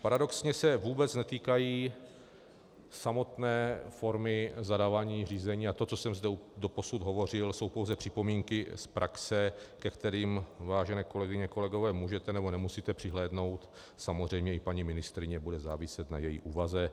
Paradoxně se vůbec netýkají samotné formy zadávání řízení a to, co jsem zde doposud hovořil, jsou pouze připomínky z praxe, ke kterým, vážené kolegyně, kolegové, můžete nebo nemusíte přihlédnout, samozřejmě i paní ministryně, bude záviset na její úvaze.